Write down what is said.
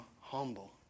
humble